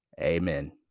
Amen